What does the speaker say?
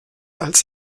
als